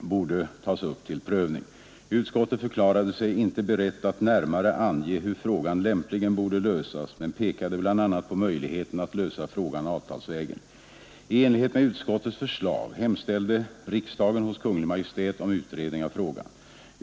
borde tas upp till prövning. Utskottet förklarade sig inte berett att närmare ange hur frågan lämpligen borde lösas men pekade bl.a. på möjligheten att lösa frågan avtalsvägen. I enlighet med utskottets förslag hemställde riksdagen hos Kungl. Maj:t om utredning av frågan.